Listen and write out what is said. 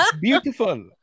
Beautiful